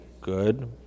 good